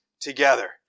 together